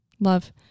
love